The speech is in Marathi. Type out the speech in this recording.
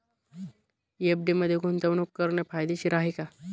एफ.डी मध्ये गुंतवणूक करणे फायदेशीर आहे का?